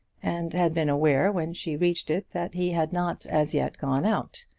and had been aware when she reached it that he had not as yet gone out.